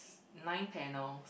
nine panels